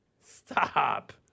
Stop